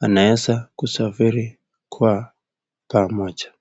wanaeza kusafiri kwa pamoja.